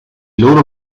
loro